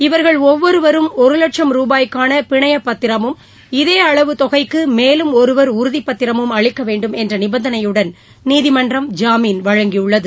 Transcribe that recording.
இவர்கள் ஒவ்வொருவரும் ஒரு லட்சம் ரூபாய்க்கான பிணையப் பத்திரமும் இதே தொகைக்கு மேலும் ஒருவர் உறுதிப்பத்திரமும் அளிக்க வேண்டும் அளவு என்ற நிபந்தனையுடன் நீதிமன்றம் ஜாமீன் வழங்கியுள்ளது